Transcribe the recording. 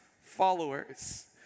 followers